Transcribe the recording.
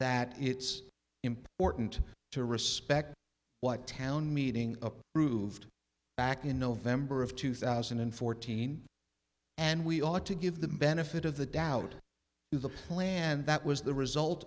that it's important to respect what town meeting approved back in november of two thousand and fourteen and we ought to give the benefit of the doubt to the plan that was the result